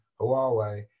Huawei